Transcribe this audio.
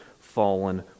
fallen